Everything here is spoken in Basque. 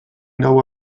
gaua